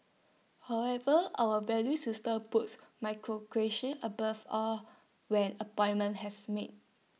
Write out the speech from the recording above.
however our value system puts meritocracy above all when appointments as made